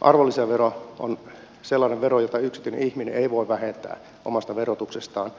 arvonlisävero on sellainen vero jota yksityinen ihminen ei voi vähentää omasta verotuksestaan